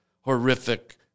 horrific